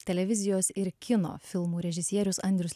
televizijos ir kino filmų režisierius andrius